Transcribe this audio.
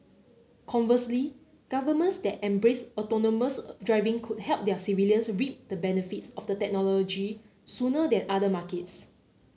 conversely governments that embrace autonomous of driving could help their civilians reap the benefits of the technology sooner than other markets